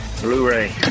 Blu-ray